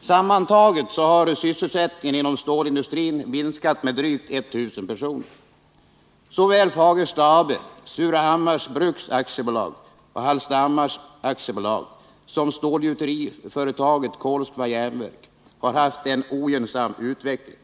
Sammantaget har sysselsättningen inom stålindustrin minskat med drygt 1 000 personer. Såväl Fagersta AB, Surahammars Bruks AB, Halstahammars AB som gjuteriföretaget Kohlswa Jernverk har haft en ogynnsam utveckling.